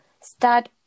start